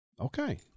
Okay